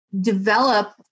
develop